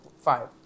five